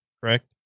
correct